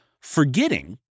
forgetting